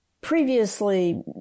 previously